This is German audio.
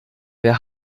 wer